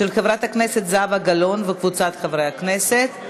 של חברת הכנסת זהבה גלאון וקבוצת חברי הכנסת.